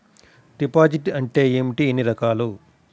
Deposit అంటే ఏమిటీ ఎన్ని రకాలు?